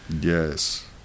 Yes